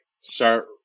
start